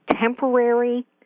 temporary